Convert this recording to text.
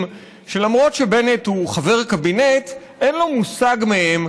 שלמרות שבנט הוא חבר קבינט אין לו מושג מהם,